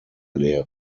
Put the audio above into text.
lehre